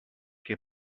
che